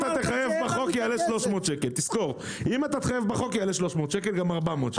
תחייב בחוק זה יעלה 300 שקל, תזכור, וגם 400 שקל.